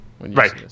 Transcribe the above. Right